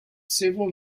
several